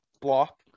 block